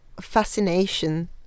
fascination